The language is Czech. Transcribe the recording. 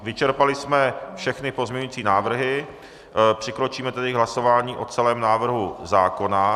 Vyčerpali jsme všechny pozměňovací návrhy, přikročíme tedy k hlasování o celém návrhu zákona.